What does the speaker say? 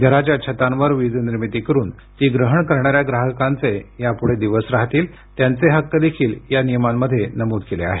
घराच्या छतांवर वीजनिर्मिती करून ती ग्रहण करणाऱ्या ग्राहकांचे यापुढे दिवस राहतील त्यांचे हक्क देखील या नियमांमध्ये नमूद केले आहेत